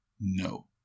no